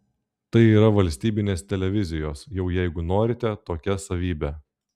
tai yra valstybinės televizijos jau jeigu norite tokia savybė